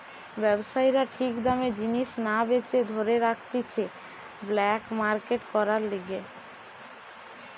ব্যবসায়ীরা ঠিক দামে জিনিস না বেচে ধরে রাখতিছে ব্ল্যাক মার্কেট করার লিগে